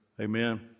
Amen